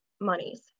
monies